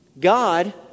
God